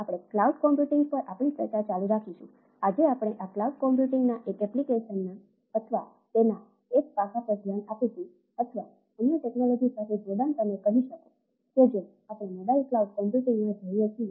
આપણે ક્લાઉડ સાથે જોડાણ તમે કહી શકો કે જે આપણે મોબાઇલ ક્લાઉડ કમ્પ્યુટિંગમાં જોઈએ છીએ